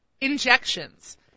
injections